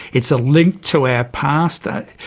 it's a link to our past. ah